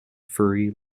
furry